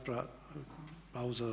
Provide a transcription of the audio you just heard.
Pauza do